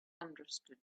understood